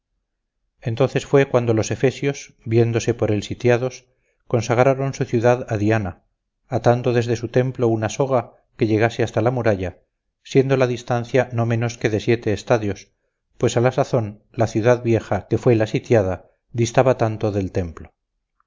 entonces fue cuando los efesios viéndose por él sitiados consagraron su ciudad a diana atando desde su templo una soga que llegase hasta la muralla siendo la distancia no menos que de siete estadios pues a la sazón la ciudad vieja que fue la sitiada distaba tanto del templo